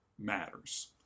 matters